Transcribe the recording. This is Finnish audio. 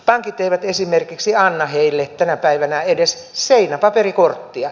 pankit eivät esimerkiksi anna heille tänä päivänä edes seinäpankkikorttia